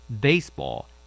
baseball